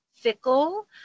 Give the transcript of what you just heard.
fickle